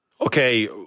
Okay